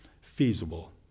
feasible